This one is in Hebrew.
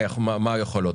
מה היכולות,